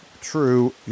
true